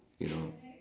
you know